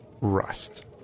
Rust